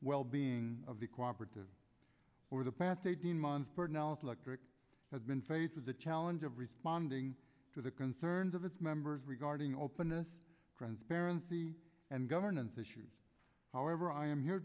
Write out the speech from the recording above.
well being of the co operative for the past eighteen months personality electric has been faced with the challenge of responding to the concerns of its members regarding openness transparency and governance issues however i am here